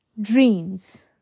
Dreams